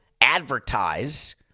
advertise